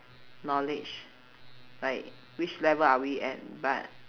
knowledge like which level are we at but